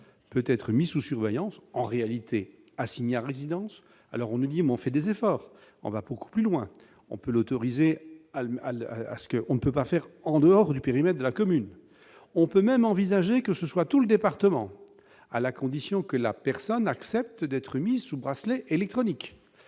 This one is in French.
peut-être mis sous surveillance, en réalité, assigné à résidence, alors on nous dit : on fait des efforts, on va pourquoi plus loin, on peut l'autoriser à lui à l'à ce que on ne peut pas faire en dehors du périmètre de la commune, on peut même envisager que ce soit tout le département, à la condition que la personne accepte d'être mise sous bracelet électronique,